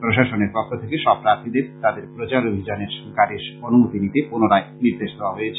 প্রশাসনের পক্ষ থেকে সব প্রার্থীদের তাদের প্রচারাভিযানের গাড়ির অনুমতি নিতে পুনরায় নির্দেশ দেওয়া হয়েছে